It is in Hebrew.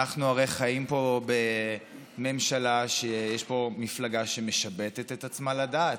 הרי אנחנו חיים פה עם ממשלה שיש בה מפלגה שמשבטת את עצמה לדעת,